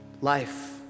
life